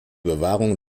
bewahrung